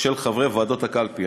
של חברי ועדות הקלפי.